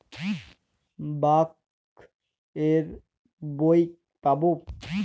Bank এর বই পাবো?